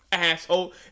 asshole